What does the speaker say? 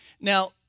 Now